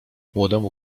młodemu